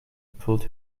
pulled